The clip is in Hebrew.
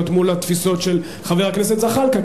מול התפיסות של חבר הכנסת זחאלקה,